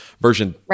version